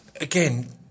again